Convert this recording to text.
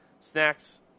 snacks